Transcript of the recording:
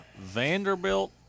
Vanderbilt